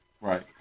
Right